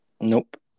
Nope